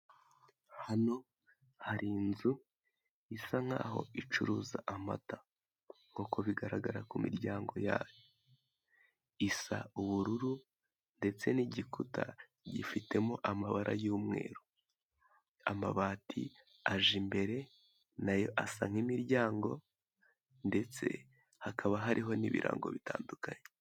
Hano hari inzu isa nkaho icuruza amata nkuko bigaragara ku miryango yayo isa ubururu ndetse n'igikuta gifitemo amabara y'umweru, amabati aje imbere nayo asa nk'imiryango ndetse hakaba hariho n'ibirango bitandukanye.